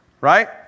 right